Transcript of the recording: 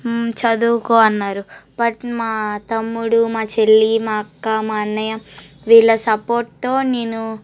చదువుకో అన్నారు బట్ మా తమ్ముడు మా చెల్లి మా అక్క మా అన్నయ వీళ్ళ సపోర్ట్తో నేను